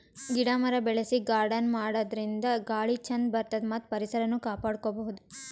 ಗಿಡ ಮರ ಬೆಳಸಿ ಗಾರ್ಡನ್ ಮಾಡದ್ರಿನ್ದ ಗಾಳಿ ಚಂದ್ ಬರ್ತದ್ ಮತ್ತ್ ಪರಿಸರನು ಕಾಪಾಡ್ಕೊಬಹುದ್